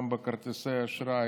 גם בכרטיסי האשראי,